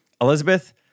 Elizabeth